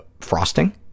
frosting